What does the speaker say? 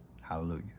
Hallelujah